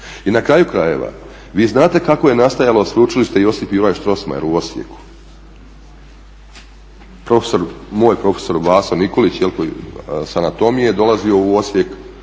I na kraju krajeva vi znate kako je nastajalo Sveučilište Josipo Juraj Strrosmayer u Osijeku, profesor, moj profesor Vaso Nikolić koji je s anatomije dolazio u Osijek